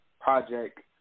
project